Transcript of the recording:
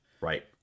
right